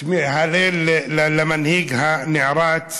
הלל למנהיג הנערץ.